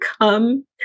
come